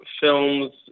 films